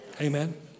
Amen